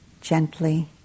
Gently